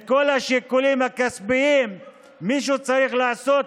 את כל השיקולים הכספיים מישהו צריך לעשות,